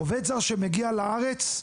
עובד זר שמגיע לארץ,